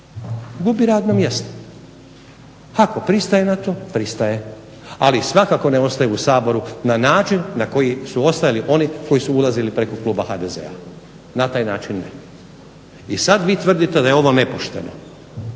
gubi radno mjesto. Ako pristaje na to, pristaje. Ali svakako ne ostaje u Saboru na način na koji su ostajali oni koji su ulazili preko kluba HDZ-a na taj način ne. I sada vi tvrdite da je ovo nepošteno,